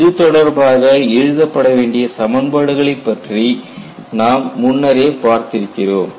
இதுதொடர்பாக எழுதப்பட வேண்டிய சமன்பாடுகளை பற்றி நாம் முன்னரே பார்த்திருக்கிறோம்